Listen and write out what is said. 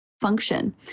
function